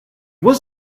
was